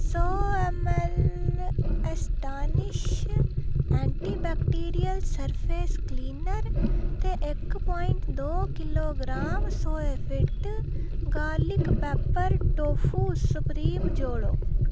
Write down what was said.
सौ M L Astonish anti bacterial surface cleaner ते इक पोआइंट दो किल्लो ग्राम सोयाफिट गार्लक बैपर टोफू सपरीम जोड़ो